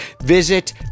Visit